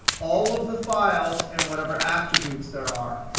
all of the files and whatever attributes there are.